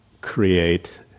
create